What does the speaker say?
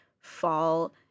fall